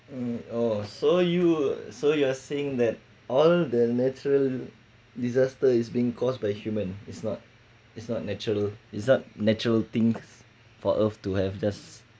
uh oh so you so you are saying that all the natural disaster is being caused by human it's not it's not natural it's not natural thing for us to have just